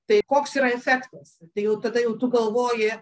tai koks yra efektas tai jau tada jau tu galvoji